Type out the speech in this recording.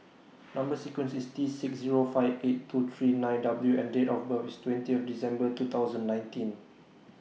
Number sequence IS T six Zero five eight two three nine W and Date of birth IS twenty of December two thousand nineteen